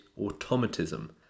automatism